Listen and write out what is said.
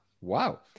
Wow